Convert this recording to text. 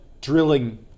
Drilling